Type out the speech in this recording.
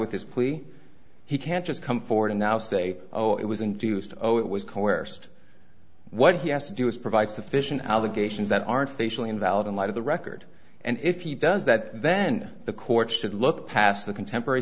with his plea he can't just come forward now say oh it was induced oh it was coerced what he has to do is provide sufficient allegations that aren't facially invalid in light of the record and if he does that then the courts should look past the contemporary